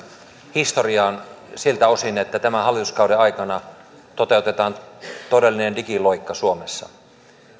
historiaan siltä osin että tämän hallituskauden aikana toteutetaan todellinen digiloikka suomessa